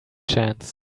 chance